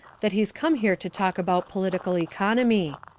that he's come here to talk about political economy.